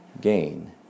gain